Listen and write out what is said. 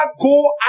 go